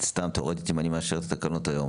תיאורטית, אם אני מאשר את התקנות היום